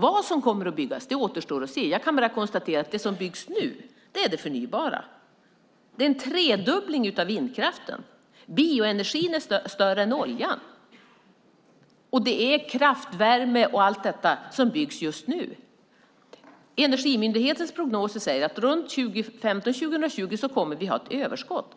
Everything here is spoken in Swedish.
Det återstår att se vad som kommer att byggas. Jag kan bara konstatera att det som byggs nu är förnybart. Det är en tredubbling av vindkraften. Bioenergin är större än oljan. Det är kraftvärme och allt detta som byggs just nu. Energimyndighetens prognoser säger att runt 2015-2020 kommer vi att ha ett överskott.